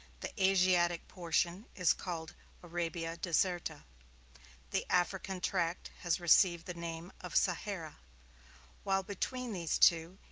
the asiatic portion is called arabia deserta the african tract has received the name of sahara while between these two,